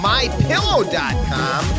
MyPillow.com